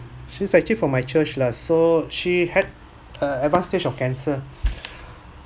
she's actually from my church lah so she had a advance stage of cancer